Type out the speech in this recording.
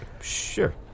Sure